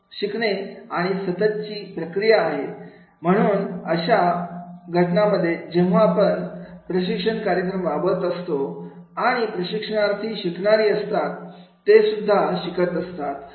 शिकणे ही सतत ची प्रक्रिया आहे नाही म्हणून अशा घटनांमध्ये जेव्हापण प्रशिक्षण कार्यक्रम राबवत असतो आणि प्रशिक्षणार्थी शिकणारी असतात ते सुद्धा शिकत असतात